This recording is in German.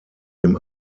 dem